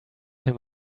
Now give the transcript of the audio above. him